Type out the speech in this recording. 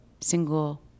single